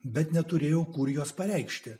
bet neturėjau kur jos pareikšti